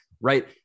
right